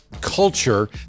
culture